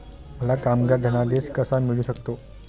मला कामगार धनादेश कसा मिळू शकतो?